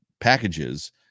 packages